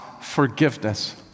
forgiveness